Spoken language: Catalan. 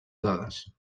dades